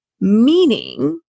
Meaning